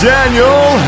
Daniel